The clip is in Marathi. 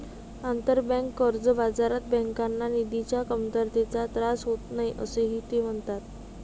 आंतरबँक कर्ज बाजारात बँकांना निधीच्या कमतरतेचा त्रास होत नाही, असेही ते म्हणाले